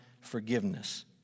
forgiveness